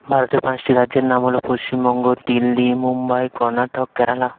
ভারতের পাঁচটি রাজ্যের নাম হল পশ্চিমবঙ্গ দিল্লি মুম্বাই কর্ণাটক কেরালা